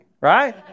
right